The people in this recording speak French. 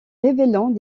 révélant